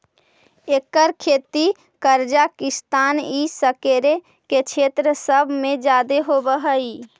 एकर खेती कजाकिस्तान ई सकरो के क्षेत्र सब में जादे होब हई